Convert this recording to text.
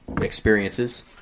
experiences